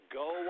go